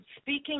speaking